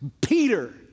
Peter